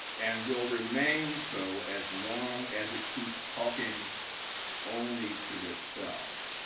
and will remain so as long as it keeps talking only to itself.